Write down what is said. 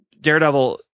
Daredevil